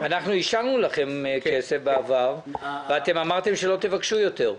--- אישרנו לכם כסף בעבר ואמרתם שלא תבקשו יותר.